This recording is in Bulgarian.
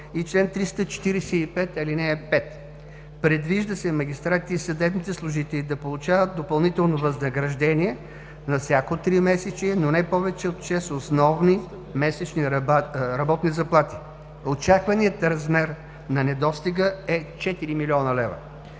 и чл. 345, ал. 5. Предвижда се магистратите и съдебните служители да получават допълнително възнаграждение на всяко тримесечие, но не повече от шест основни месечни работни заплати. Очакваният размер на недостига е 4 млн. лв.